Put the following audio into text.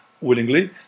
willingly